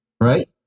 Right